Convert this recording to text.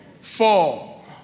fall